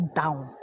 down